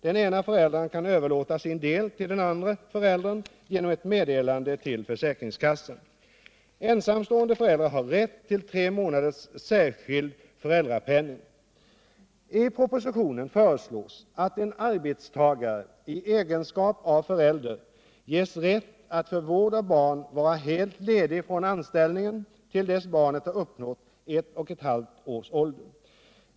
Den ena föräldern kan överlåta sin del till den andra föräldern genom ett meddelande till försäkringskassan. Ensamstående förälder har rätt till tre månaders särskild föräldrapenning. I propositionen föreslås att en arbetstagare i egenskap av förälder ges rätt att för vård av barn vara helt ledig från anställningen till dess barnet har uppnått ett och ett halvt års ålder.